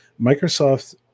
Microsoft